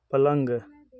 पलंग